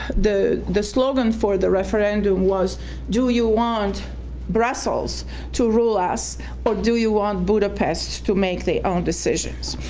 the the slogan for the referendum was do you want brussels to rule us or do you want budapest to make the own decisions?